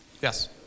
Yes